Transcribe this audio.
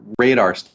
radar